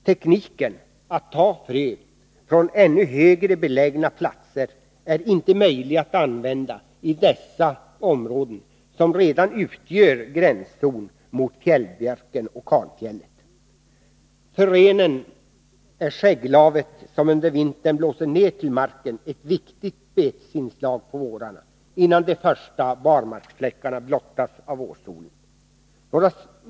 Tekniken att ta frö från ännu högre belägna platser är inte möjlig att använda i dessa områden som redan utgör gränszon mot fjällbjörken och kalfjället. För renen är skägglaven som under vintern blåser ned till marken ett viktigt betesinslag på vårarna, innan de första barmarksfläckarna blottas av vårsolen.